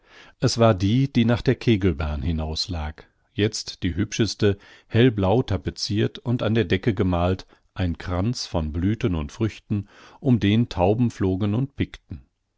es war die die nach der kegelbahn hinauslag jetzt die hübscheste hellblau tapezirt und an der decke gemalt ein kranz von blüthen und früchten um den tauben flogen und pickten